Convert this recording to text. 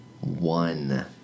One